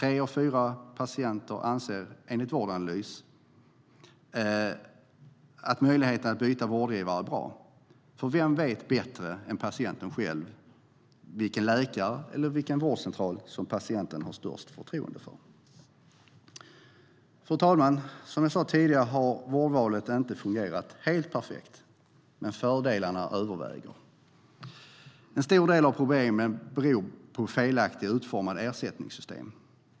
Enligt Vårdanalys anser tre av fyra patienter att möjligheten att byta vårdgivare är bra, för vem vet bättre än patienten själv vilken läkare eller vårdcentral som patienten har störst förtroende för? Fru talman! Som jag sa tidigare har vårdvalet inte fungerat helt perfekt, men fördelarna överväger. En stor del av problemen beror på felaktigt utformade ersättningssystem.